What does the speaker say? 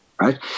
Right